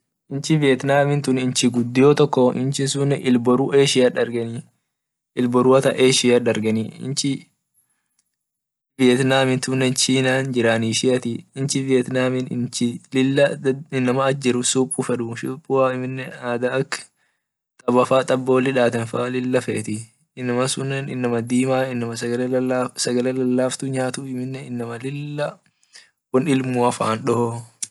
Inchi vietnam tu inchi gudio toko inchi sunne il boru asia dargeni inchi vietnamin tunne china jirani ishiati inchi vietnam inchi inama inama lila supu feduu dub amine ada ak boli daten faa lila fetii inama sunne inama dima inama sagale lalaftu nyatu amine inama lila won ilmua fan doo.